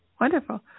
Wonderful